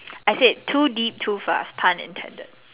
I said too deep too fast pun intended